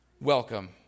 welcome